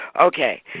okay